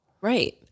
Right